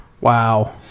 Wow